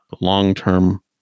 long-term